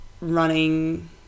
running